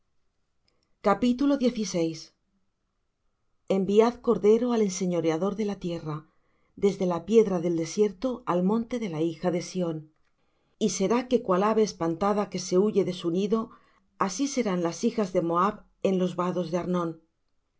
enviad cordero al enseñoreador de la tierra desde la piedra del desierto al monte de la hija de sión y será que cual ave espantada que se huye de su nido así serán las hijas de moab en los vados de arnón